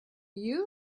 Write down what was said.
you